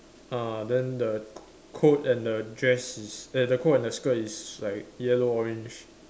uh then the co~ coat and the dress is eh the coat and the skirt is like yellow orange